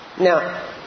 Now